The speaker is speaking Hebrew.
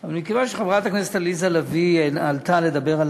אבל מכיוון שחברת הכנסת עליזה לביא עלתה לדבר על